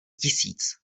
tisíc